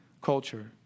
culture